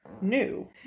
new